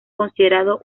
considerado